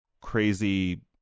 crazy